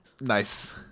Nice